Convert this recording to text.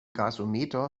gasometer